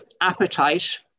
appetite